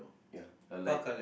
ya but like